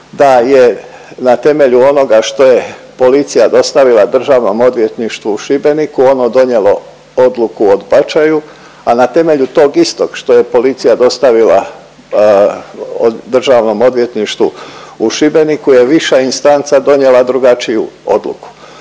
da je na temelju onoga što je policija dostavila Državnom odvjetništvu u Šibeniku ono donijelo odluku o odbačaju, a na temelju tog istog što je policija dostavila Državnom odvjetništvu u Šibeniku je viša instanca donijela drugačiju odluku.